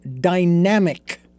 dynamic